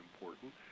important